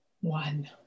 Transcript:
One